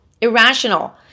Irrational